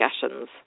discussions